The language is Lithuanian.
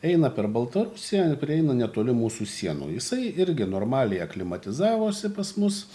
eina per baltarusiją prieina netoli mūsų sienų jisai irgi normaliai aklimatizavosi pas mus